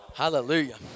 hallelujah